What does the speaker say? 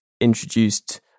introduced